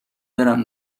برم